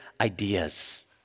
ideas